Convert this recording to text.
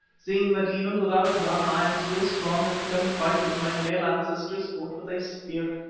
seeing that even without a gun i am still strong and can fight as my male ancestors fought with a spear.